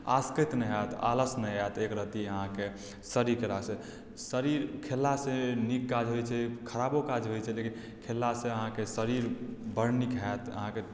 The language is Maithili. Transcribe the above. आसकति नहि होयत आलस नहि आओत एक रत्ती अहाँकेँ शरीर खेललासँ शरीर खेललासँ नीक काज होइत छै खराबो काज होइत छै लेकिन खेललासँ अहाँके शरीर बड़ नीक होयत अहाँकेँ